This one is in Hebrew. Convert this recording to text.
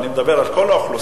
ואני מדבר על כל האוכלוסייה,